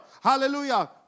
Hallelujah